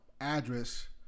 address